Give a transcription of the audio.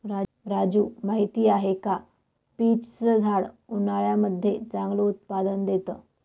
राजू माहिती आहे का? पीच च झाड उन्हाळ्यामध्ये चांगलं उत्पादन देत